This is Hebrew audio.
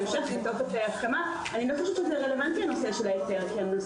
אני לא חושבת שבטופס ההסכמה הנושא של ההיתר לא רלוונטי כי הנושא